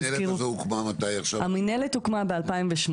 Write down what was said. המנהלת הזו הוקמה מתי?